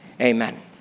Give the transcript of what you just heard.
amen